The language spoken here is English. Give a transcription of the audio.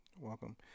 welcome